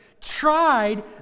tried